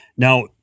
Now